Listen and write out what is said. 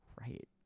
right